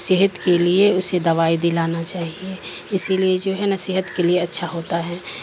صحت کے لیے اسے دوائی دلانا چاہیے اسی لیے جو ہے نہا صحت کے لیے اچھا ہوتا ہے